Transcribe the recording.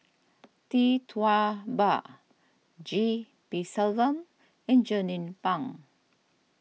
Tee Tua Ba G P Selvam and Jernnine Pang